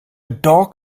dog